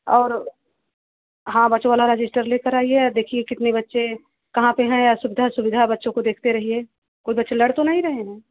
और हाँ बच्चों वाला रजिस्टर ले कर आइए और देखिए कितने बच्चे कहाँ पर है असुविधा सुविधा बच्चों को देखते रहिए कोई बच्चे लड़ तो नहीं रहे हैं